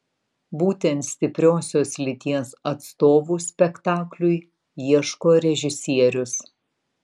būtent stipriosios lyties atstovų spektakliui ieško režisierius